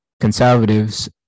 conservatives